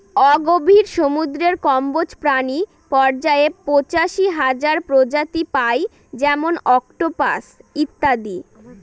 অগভীর সমুদ্রের কম্বজ প্রাণী পর্যায়ে পঁচাশি হাজার প্রজাতি পাই যেমন অক্টোপাস ইত্যাদি